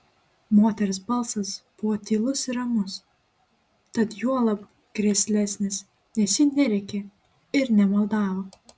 moters balsas buvo tylus ir ramus tad juolab grėslesnis nes ji nerėkė ir nemaldavo